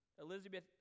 Elizabeth